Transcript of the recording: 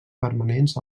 permanents